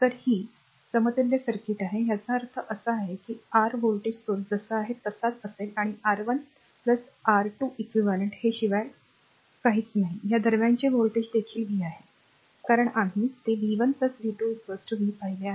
तर ही r समतुल्य सर्किट आहे याचा अर्थ असा आहे की आर व्होल्टेज स्त्रोत जसा आहे तसाच असेल आणि R1 R2 eq हे शिवाय काहीच नाही आणि या दरम्यानचे व्होल्टेज देखील v आहे कारण आम्ही ते v 1 v 2 v पाहिले आहे